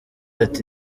ati